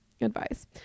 advice